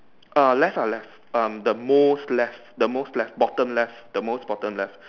err left ah left um the most left the most left bottom left the most bottom left